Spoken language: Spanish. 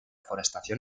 forestación